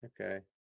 Okay